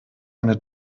eine